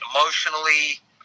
emotionally